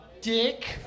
dick